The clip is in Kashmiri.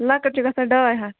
لۄکٔٹۍ چھِ گژھان ڈاے ہَتھ